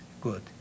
good